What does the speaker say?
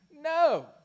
No